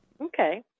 Okay